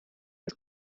los